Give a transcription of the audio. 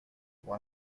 pour